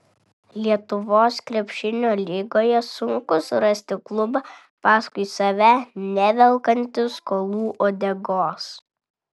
lietuvos krepšinio lygoje sunku surasti klubą paskui save nevelkantį skolų uodegos